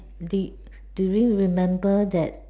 did do you remember that